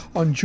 on